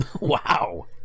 Wow